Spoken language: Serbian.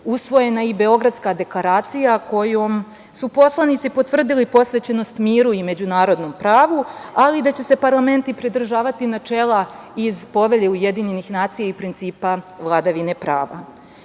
usvojena i Beogradska deklaracija kojom su poslanici potvrdili posvećenost miru i međunarodnom pravu, ali da će se parlamenti pridržavati načela iz Povelje UN i principa vladavine